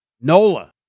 Nola